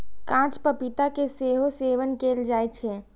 कांच पपीता के सेहो सेवन कैल जाइ छै